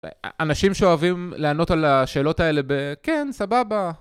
אנשים שאוהבים לענות על השאלות האלה בכן, סבבה.